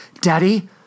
Daddy